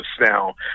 now